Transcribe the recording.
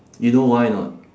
you know why or not